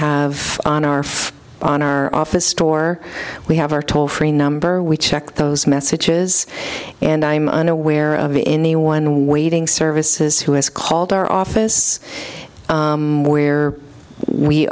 have on our phones on our office door we have our toll free number we check those messages and i am unaware of anyone waiting services who has called our office where we